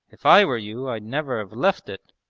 if i were you i'd never have left it!